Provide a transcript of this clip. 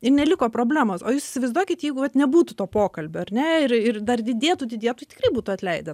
ir neliko problemos o jūs įsivaizduokit jeigu vat nebūtų to pokalbio ar ne ir ir dar didėtų didėtų tikrai būtų atleidę